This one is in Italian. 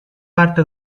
parte